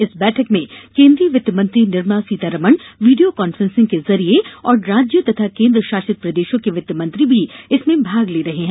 इस बैठक में केन्द्रीय वित्तमंत्री निर्मला सीतारमण वीडियो कॉन्फ्रेंसिंग के जरिए और राज्यों तथा केन्द्र शासित प्रदेशों के वित्तमंत्री भी इसमें भाग ले रहे हैं